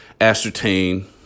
ascertain